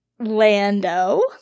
Lando